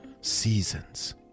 seasons